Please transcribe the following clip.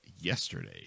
yesterday